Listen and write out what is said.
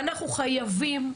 אנחנו חייבים,